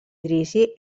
dirigí